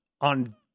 on